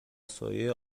سایه